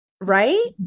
right